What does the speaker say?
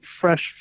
fresh